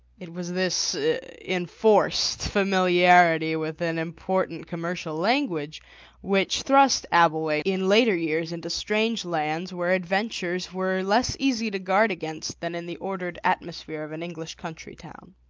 it was this enforced familiarity with an important commercial language which thrust abbleway in later years into strange lands where adventures were less easy to guard against than in the ordered atmosphere of an english country town.